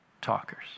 talkers